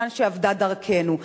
אז סימן שאבדה דרכנו,